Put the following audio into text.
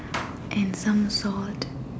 and some sauce